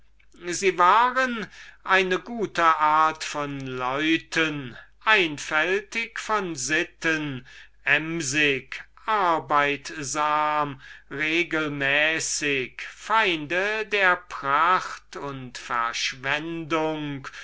sie waren eine gute art von leuten einfältig von sitten emsig arbeitsam regelmäßig feinde der pracht und verschwendung